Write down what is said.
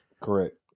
Correct